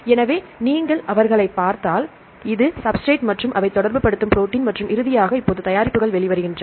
எனவே நீங்கள் இங்கே அவர்களைப் பார்த்தால் இது சப்ஸ்ட்ரேட் மற்றும் அவை தொடர்புபடுத்தும் ப்ரோடீன் மற்றும் இறுதியாக இப்போது தயாரிப்புகள் வெளிவருகின்றன